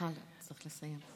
מיכל, את צריכה לסיים.